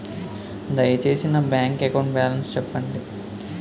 దయచేసి నా bank account balance చెప్పండి